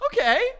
Okay